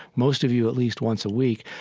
most of you at least once a week.